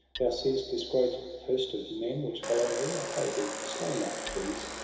thou seest this great host of men which follow me i pray thee, slay not these!